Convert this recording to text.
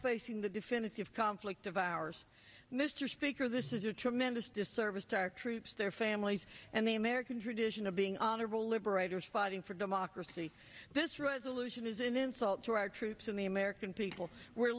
facing the definitive conflict of ours mr speaker this is a tremendous disservice to our troops their families and the american tradition of being honorable liberators fighting for democracy this resolution is an insult to our troops and the american people were